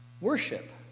Worship